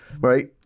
Right